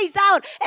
out